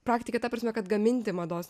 praktikė ta prasme kad gaminti mados